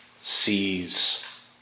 sees